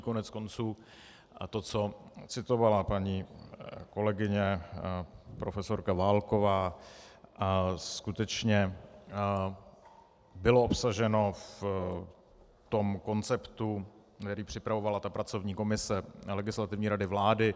Koneckonců to, co citovala paní kolegyně profesorka Válková, skutečně bylo obsaženo v tom konceptu, který připravovala pracovní komise Legislativní rady vlády.